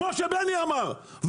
כמו שבני אמר,